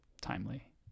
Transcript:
timely